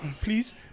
Please